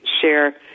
share